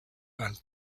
and